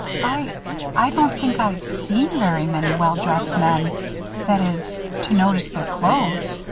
i i don't think i've seen very many well-dressed men that is, to notice their clothes,